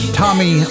tommy